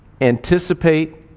anticipate